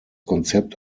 konzept